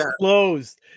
closed